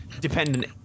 dependent